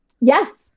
Yes